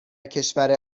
کشور